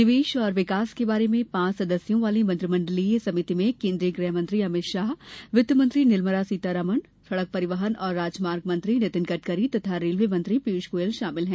निवेश और विकास के बारे में पांच सदस्यों वाली मंत्रिमंडलीय समिति में केन्द्रीय गृह मंत्री अमित शाह वित्त मंत्री निर्मला सीतारमण सड़क परिवहन और राजमार्ग मंत्री नितिन गडकरी तथा रेलवे मंत्री पीयूष गोयल शामिल हैं